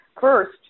First